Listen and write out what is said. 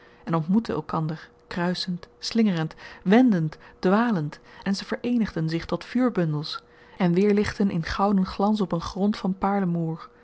en ontmoetten elkander kruisend slingerend wendend dwalend en ze vereenigden zich tot vuurbundels en weerlichtten in gouden glans op een grond van paarlemoer